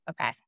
okay